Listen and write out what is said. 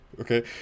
okay